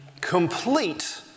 complete